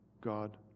God